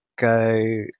go